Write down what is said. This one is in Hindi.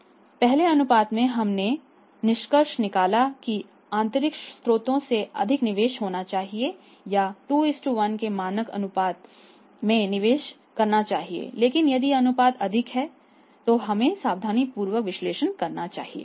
इसलिए पहले अनुपात में हमने निष्कर्ष निकाला कि आंतरिक स्रोतों से अधिक निवेश होना चाहिए या 2 1 के मानक अनुपात में निवेश करना चाहिए लेकिन यदि अनुपात अधिक है तो हमें सावधानीपूर्वक विश्लेषण करना चाहिए